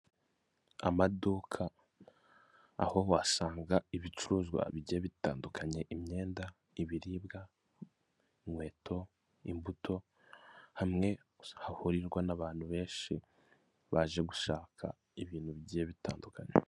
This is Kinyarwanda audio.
Amaduka aho wasanga ibicuruzwa bigiye bitandukanye imyenda, ibiribwa, inkweto, imbuto hamwe hahurirwa n'abantu benshi baje gushaka ibintu bigiye bitandukanye.